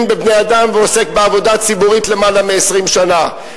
בבני-אדם ועוסק בעבודה ציבורית למעלה מ-20 שנה.